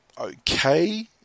okay